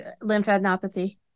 lymphadenopathy